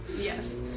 yes